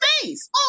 face